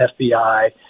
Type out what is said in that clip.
FBI